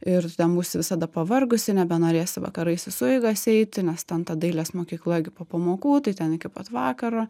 ir tu ten būsi visada pavargusi nebenorėsi vakarais į sueigas eiti nes ten ta dailės mokykla gi po pamokų tai ten iki pat vakaro